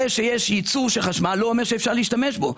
זה שיש ייצור של חשמל, לא אומר שאפשר להשתמש בו.